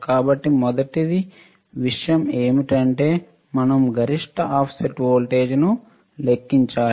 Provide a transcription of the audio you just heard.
కాబట్టి మొదటిది విషయం ఏమిటంటే మనం గరిష్ట ఆఫ్సెట్ వోల్టేజ్ను లెక్కించాలి